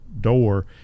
door